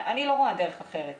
אני לא רואה דרך אחרת.